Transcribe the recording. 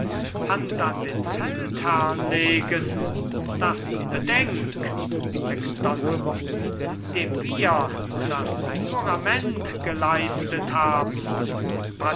hand an den feldherrn legen das bedenk macdonald dem wir das jurament geleistet haben